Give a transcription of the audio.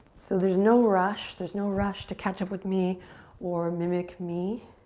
so there's no rush. there's no rush to catch up with me or mimic me.